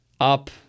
up